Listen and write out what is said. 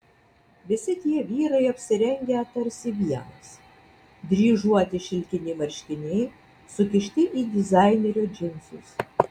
visi tie vyrai apsirengę tarsi vienas dryžuoti šilkiniai marškiniai sukišti į dizainerio džinsus